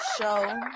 show